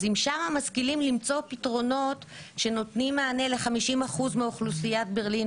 אז אם שם משכילים למצוא פתרונות שנותנים מענה ל-50% מאוכלוסיית ברלין,